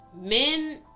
Men